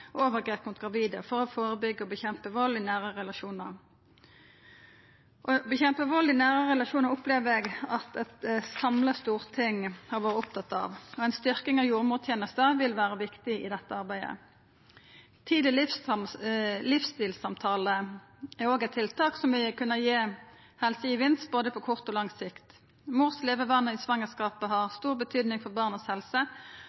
og overgrep mot gravide for å førebyggja og kjempa mot vald i nære relasjonar. Det å kjempa mot vald i nære relasjonar opplever eg at eit samla storting har vore opptatt av, og ei styrking av jordmortenesta vil vera viktig i dette arbeidet. Tidleg livsstilssamtale er òg eit tiltak som vil kunna gi helsegevinst på både kort og lang sikt. Mors levevanar i svangerskapet har stor betyding for barnets helse,